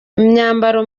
imyambaro